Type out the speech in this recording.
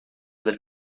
del